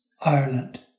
Ireland